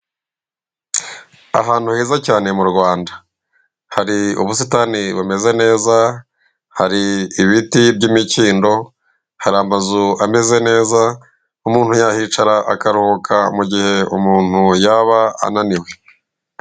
Ahantu heza cyane mu Rwanda, hari ubusitani bumeze neza, hari ibiti by'imikindo, hari amazu ameze neza umuntu yahicara akaruhuka mu gihe umuntu yaba ananiwe.